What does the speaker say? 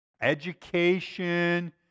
education